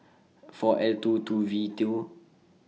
four L two two V due